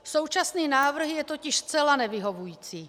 Současný návrh je totiž zcela nevyhovující.